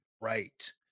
Right